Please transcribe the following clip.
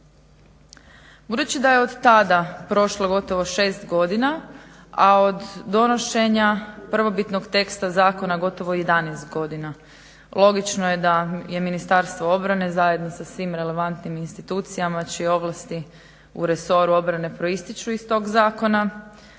Budući da je otada prošlo gotovo šest godina, a od donošenja prvobitnog teksta zakona gotovo jedanaest godina logično je da je Ministarstvo obrane zajedno sa svim relevantnim institucijama čije ovlasti u resoru obrane proistječu iz tog zakona